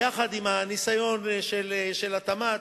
יחד עם הניסיון של התמ"ת,